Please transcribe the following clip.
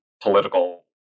political